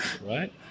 Right